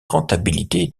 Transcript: rentabilité